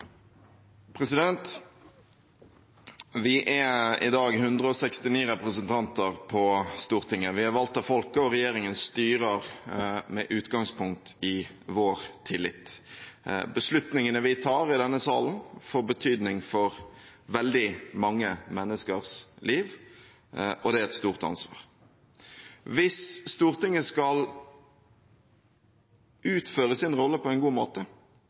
i dag 169 representanter på Stortinget. Vi er valgt av folket, og regjeringen styrer med utgangspunkt i vår tillit. Beslutningene vi tar i denne salen, får betydning for veldig mange menneskers liv, og det er et stort ansvar. Hvis Stortinget skal utføre sin rolle på en god måte,